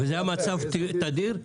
וזה המצב תדיר?